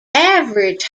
average